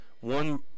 one